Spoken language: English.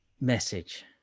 message